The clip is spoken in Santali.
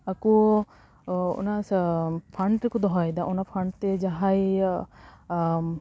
ᱟᱠᱚ ᱚᱱᱟ ᱥᱟ ᱯᱷᱟᱸᱰ ᱨᱮᱠᱚ ᱫᱚᱦᱚᱭᱫᱟ ᱚᱱᱟ ᱯᱷᱟᱸᱰ ᱛᱮ ᱡᱟᱦᱟᱸᱭ ᱟᱢ